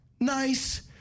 Nice